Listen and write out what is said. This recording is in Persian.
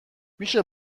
میشه